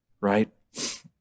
right